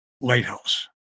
Lighthouse